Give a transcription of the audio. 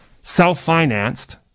self-financed